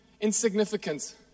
insignificant